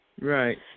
Right